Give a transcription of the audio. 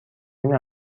این